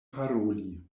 paroli